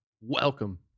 welcome